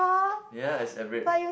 ya it's average